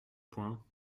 point